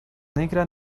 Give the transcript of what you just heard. negra